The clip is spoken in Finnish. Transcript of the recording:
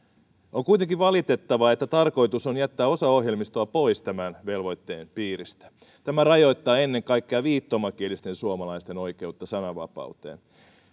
on kuitenkin valitettavaa että tarkoitus on jättää osa ohjelmistoa pois tämän velvoitteen piiristä tämä rajoittaa ennen kaikkea viittomakielisten suomalaisten oikeutta sananvapauteen